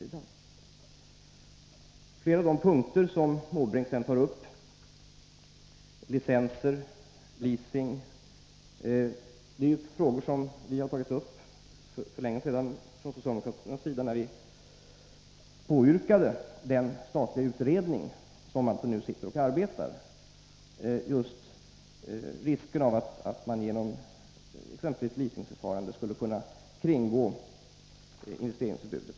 Beträffande de övriga punkter som Bertil Måbrink tog upp — licenser och leasing — vill jag säga att detta ju är frågor som socialdemokraterna uppmärksammat för länge sedan. Vi yrkade ju på den statliga utredning som nu sitter och arbetar med de här frågorna. Det gäller bl.a. leasing som skulle kunna medföra att vederbörande kan kringgå investeringsförbudet.